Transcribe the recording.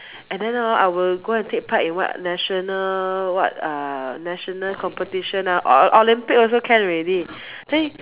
and then hor I will go and take part in what national what err national competition ah ol~ ol~ Olympic also can already then